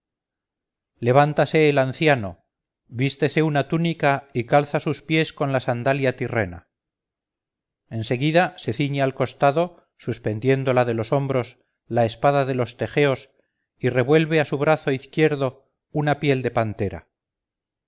levántase el anciano vístese una túnica y calza sus pies con la sandalia tirrena en seguida se ciñe al costado suspendiéndola de los hombros la espada de los tegeos y revuelve a su brazo izquierdo una piel de pantera